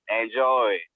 enjoy